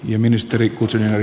tähän pitäisi puuttua